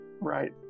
Right